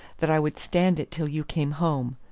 that i would stand it till you came home.